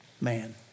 man